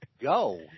go